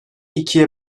ikiye